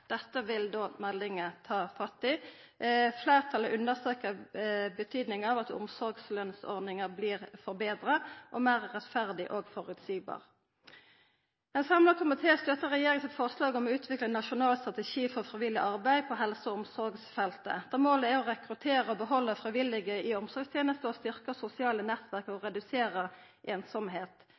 Dette vil meldinga ta fatt i. Fleirtalet understrekar betydninga av at omsorgslønnsordninga vert forbetra og meir rettferdig og føreseieleg. Ein samla komité støttar regjeringa sitt forslag om å utvikla ein nasjonal strategi for frivillig arbeid på helse- og omsorgsfeltet, der målet er å rekruttera og halda på frivillige i omsorgstenesta, styrkja sosiale nettverk og